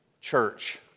church